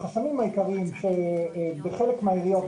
החסמים העיקריים שבחלק מהעיריות,